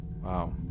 wow